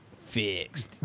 Fixed